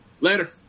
Later